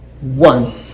One